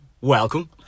Welcome